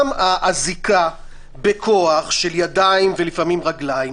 גם האזיקה בכוח של ידיים ולפעמים רגליים,